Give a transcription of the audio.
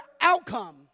outcome